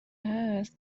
هست